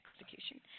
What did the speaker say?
execution